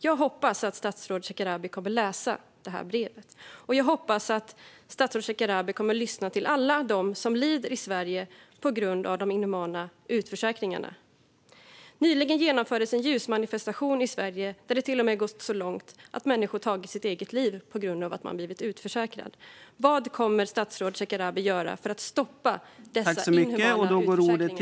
Jag hoppas att statsrådet Shekarabi kommer att läsa brevet, och jag hoppas att statsrådet Shekarabi kommer att lyssna till alla dem som lider i Sverige på grund av de inhumana utförsäkringarna. Nyligen genomfördes en ljusmanifestation i Sverige, där det till och med gått så långt att människor tagit sitt eget liv på grund av att man blivit utförsäkrade. Vad kommer statsrådet Shekarabi att göra för att stoppa dessa inhumana utförsäkringar?